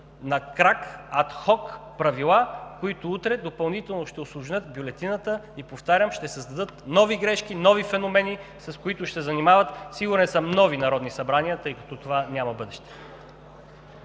на крак, адхок правила, които утре допълнително ще усложнят бюлетината и, повтарям, ще създадат нови грешки, нови феномени, с които ще се занимават, сигурен съм, нови народни събрания, тъй като това няма бъдеще.